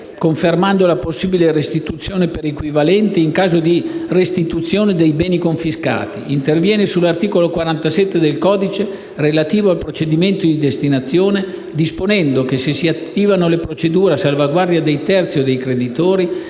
confermando la possibile restituzione per equivalente, in caso di restituzione di beni confiscati; interviene sull'articolo 47 del codice, relativo al procedimento di destinazione, disponendo che, se si attivano le procedure a salvaguardia dei terzi o dei creditori,